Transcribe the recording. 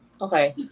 Okay